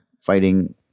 fighting